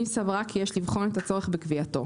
אם סברה כי יש לבחון את הצורך בקביעתו,